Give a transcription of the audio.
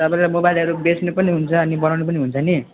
तपाईँले मोबाइलहरू बेच्नु पनि हुन्छ अनि बनाउनु पनि हुन्छ नि